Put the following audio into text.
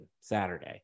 Saturday